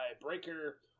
Breaker